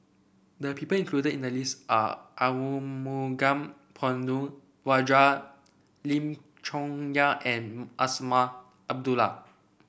the people included in the list are Arumugam Ponnu Rajah Lim Chong Yah and Azman Abdullah